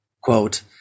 Quote